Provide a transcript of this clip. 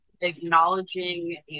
acknowledging